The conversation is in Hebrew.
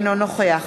אינו נוכח